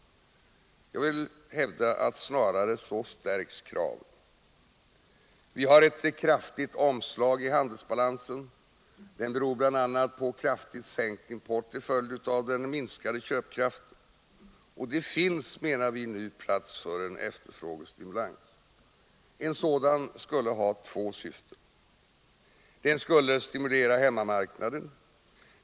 Jag vill hävda att kraven snarare stärkts. Vi har ett kraftigt omslag i handelsbalansen. Det beror bl.a. på en kraftig sänkning av importen till följd av den minskade köpkraften. Det finns nu plats för en efterfrågestimulans. En sådan skulle ha två syften: 1. Den skulle stimulera hemmamarknaden.